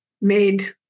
made